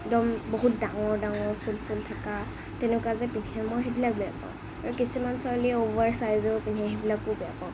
একদম বহুত ডাঙৰ ডাঙৰ ফুল ফুল থকা তেনেকুৱা যে পিন্ধে মই সেইবিলাক বেয়া পাওঁ আৰু কিছুমান ছোৱালীয়ে অভাৰ ছাইজৰ পিন্ধে সেইবিলাকো বেয়া পাওঁ